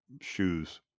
shoes